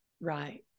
Right